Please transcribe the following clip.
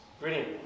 Brilliant